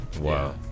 Wow